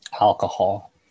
alcohol